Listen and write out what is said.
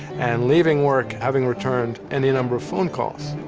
and leaving work having returned any number of phone calls.